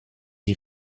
die